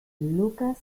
lucas